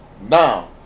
now